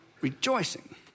rejoicing